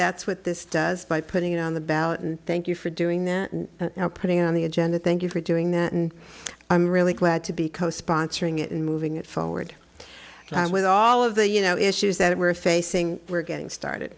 that's what this does by putting it on the ballot and thank you for doing their you know putting on the agenda thank you for doing that and i'm really glad to be co sponsoring it and moving it forward with all of the you know issues that we're facing we're getting started